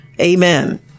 Amen